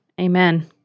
Amen